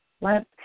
Let